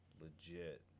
legit